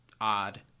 odd